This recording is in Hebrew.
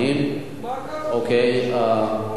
אתה מסכים?